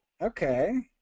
Okay